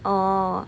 oh